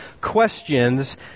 questions